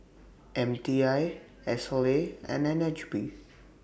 M T I S L A and N H B